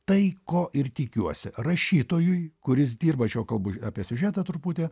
tai ko ir tikiuosi rašytojui kuris dirba čia jau kalbu apie siužetą truputį